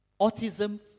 autism